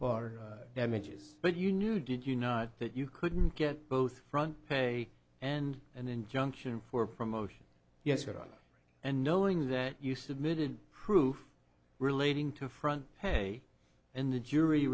for damages but you knew did you know that you couldn't get both front pay and an injunction for promotion yes around and knowing that you submitted proof relating to front pay and the jury